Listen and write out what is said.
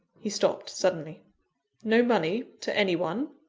he stopped suddenly no money to any one?